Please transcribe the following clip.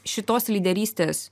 šitos lyderystės